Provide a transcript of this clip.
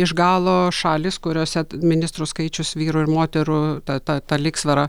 iš galo šalys kuriose ministrų skaičius vyrų ir moterų ta ta lygsvara